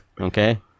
Okay